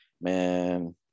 man